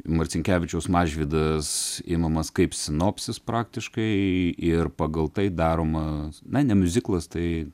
marcinkevičiaus mažvydas imamas kaip sinopsis praktiškai ir pagal tai daroma na ne miuziklas tai